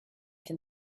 can